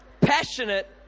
passionate